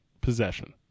possession